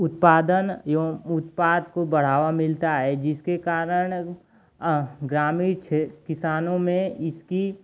उत्पादन एवं उत्पाद को बढ़ावा मिलता है जिसके कारण ग्रामीण क्षे किसानों में इसके